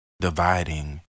dividing